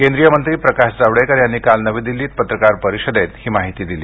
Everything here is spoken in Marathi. केंद्रीय मंत्री प्रकाश जावडेकर यांनी काल नवी दिल्लीत पत्रकार परिषदेत ही माहिती दिली